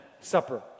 supper